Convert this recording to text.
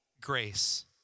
grace